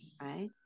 right